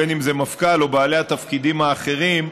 בין אם זה מפכ"ל או בעלי התפקידים האחרים,